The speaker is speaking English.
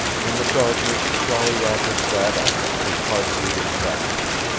in the darkness jolly roger sat up, his heart beating fast.